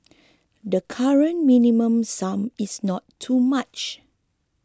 the current Minimum Sum is not too much